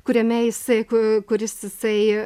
kuriame jisai ku kuris jisai